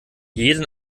jeden